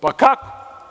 Pa, kako?